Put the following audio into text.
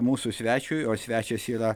mūsų svečiui o svečias yra